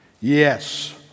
Yes